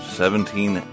seventeen